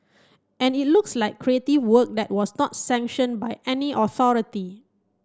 and it looks like creative work that was not sanction by any authority